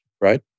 right